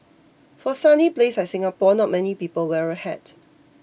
for a sunny place like Singapore not many people wear a hat